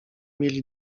mieli